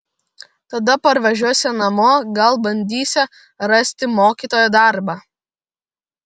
tada parvažiuosią namo gal bandysią rasti mokytojo darbą